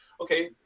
okay